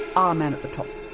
our man at the top.